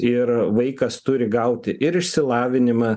ir vaikas turi gauti ir išsilavinimą